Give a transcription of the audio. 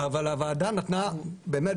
באמת,